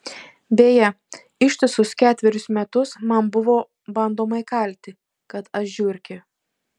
beje ištisus ketverius metus man buvo bandoma įkalti kad aš žiurkė